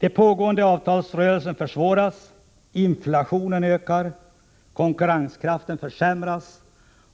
Den pågående avtalsrörelsen försvåras, inflationen ökar, konkurrenskraften försämras